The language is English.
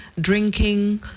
drinking